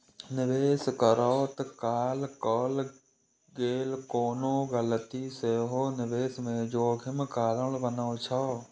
निवेश करैत काल कैल गेल कोनो गलती सेहो निवेश मे जोखिम कारण बनै छै